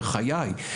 בחיי,